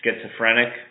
schizophrenic